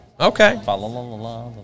Okay